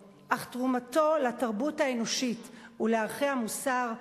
אך תרומתו לתרבות האנושית ולערכי המוסר,